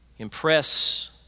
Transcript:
Impress